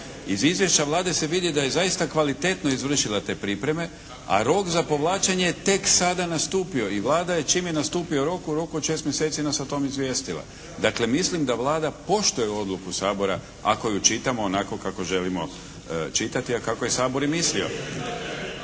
Iz izvješća Vlada se vidi da je zaista kvalitetno izvršila te pripreme, a rok za povlačenje je tek sada nastupio. I Vlada je, čim je nastupio rok, u roku od 6 mjeseci nas o tom izvijestila. Dakle, mislim da Vlada poštuje odluku Sabora ako ju čitamo onako kako želimo čitati, a kako je Sabor i mislio.